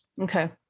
Okay